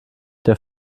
der